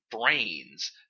brains